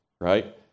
right